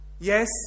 Yes